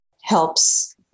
helps